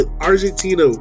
Argentina